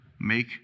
make